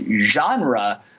genre